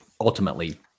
ultimately